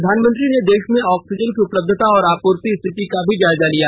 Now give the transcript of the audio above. प्रधानमंत्री ने देश में ऑक्सीजन की उपलब्धता और आपूर्ति स्थिति का भी जायजा लिया